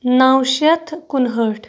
نَوشتھ کُنہأٹھ